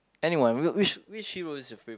anyway I'm which which hero is your favorite